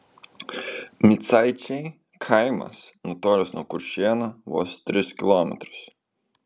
micaičiai kaimas nutolęs nuo kuršėnų vos tris kilometrus